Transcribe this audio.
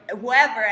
whoever